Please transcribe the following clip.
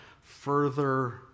further